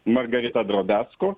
margarita drobiazko